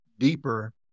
Deeper